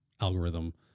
algorithm